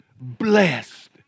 blessed